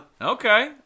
Okay